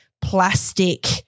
plastic